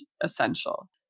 essential